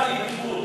השתיקה היא דיבור.